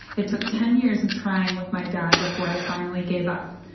it took ten years of trying with my dad before i finally gave up.